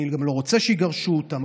אני גם לא רוצה שיגרשו אותם,